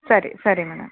ಸರಿ ಸರಿ ಮೇಡಮ್